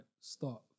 start